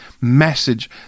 message